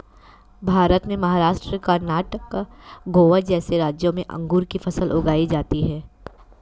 भारत में महाराष्ट्र, कर्णाटक, गोवा जैसे राज्यों में अंगूर की फसल उगाई जाती हैं